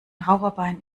raucherbein